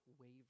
waver